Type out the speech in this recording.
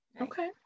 Okay